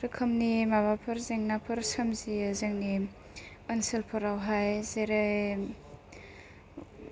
रोखोमनि माबाफोर जेंनाफोर सोमजियो जोंनि ओनसोलफोरावहाय जेरै